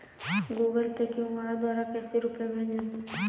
Google Pay QR द्वारा कैसे रूपए भेजें?